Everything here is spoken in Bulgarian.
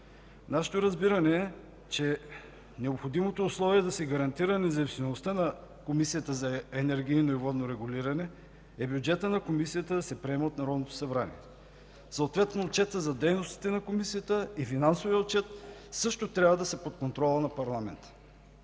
Нашето разбиране е, че необходимото условие да се гарантира независимостта на Комисията за енергийно и водно регулиране е бюджетът на Комисията да се приема от Народното събрание, съответно отчетът за дейностите на Комисията и финансовият отчет също трябва да са под контрола на парламента.